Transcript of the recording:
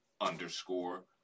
underscore